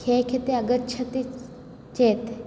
खे क्षेत्रे आगच्छति चेत्